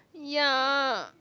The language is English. ya